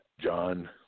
John